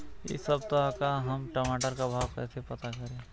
इस सप्ताह का हम टमाटर का भाव कैसे पता करें?